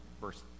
verse